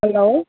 hello